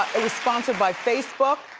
it was sponsored by facebook,